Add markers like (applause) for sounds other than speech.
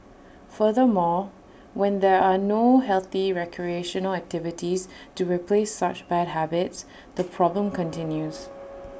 furthermore when there are no healthy recreational activities to replace such bad habits the (noise) problem continues